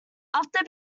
after